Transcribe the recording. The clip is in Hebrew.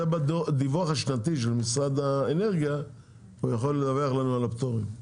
זה בדיווח השנתי של משרד האנרגיה הוא יכול לדווח לנו על הפטורים.